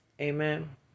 Amen